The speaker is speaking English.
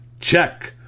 Check